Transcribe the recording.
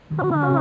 Hello